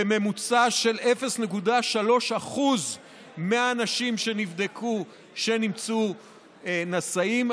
בממוצע של 0.3% מהאנשים שנבדקו ונמצאו נשאים,